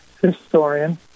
historian